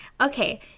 Okay